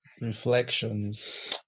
Reflections